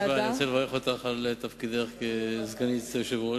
לפני ההצבעה אני רוצה לברך אותך על תפקידך כסגנית היושב-ראש.